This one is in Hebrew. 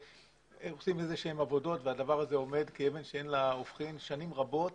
עושים איזה שהן עבודות והדבר הזה עומד כאבן שאין לה הופכין שנים רבות,